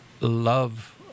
love